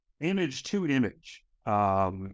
image-to-image